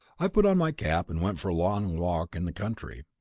i put on my cap and went for a long walk in the country,